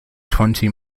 twenty